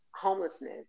homelessness